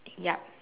ya